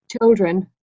children